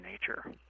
nature